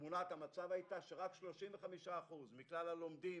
תמונת המצב היתה שרק 35% מכלל הלומדים